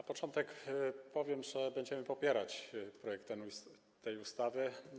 Na początku powiem, że będziemy popierać projekt tej ustawy.